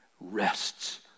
rests